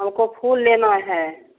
हाँ तो फूल लेना है